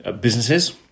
businesses